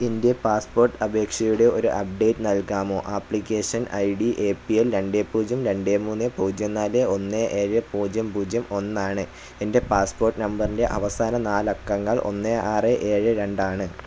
എൻ്റെ പാസ്പോർട്ട് അപേക്ഷയുടെ ഒരു അപ്ഡേറ്റ് നൽകാമോ application I D A P L രണ്ട് പൂജ്യം രണ്ട് മൂന്ന് പൂജ്യം നാല് ഒന്ന് ഏഴ് പൂജ്യം പൂജ്യം ഒന്നാണ് എന്റെ പാസ്പോർട്ട് നമ്പറിന്റെ അവസാന നാലക്കങ്ങൾ ഒന്ന് ആറ് ഏഴ് രണ്ടാണ്